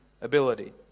ability